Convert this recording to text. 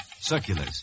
circulars